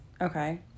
okay